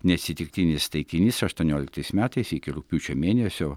neatsitiktinis taikinys aštuonioliktais metais iki rugpjūčio mėnesio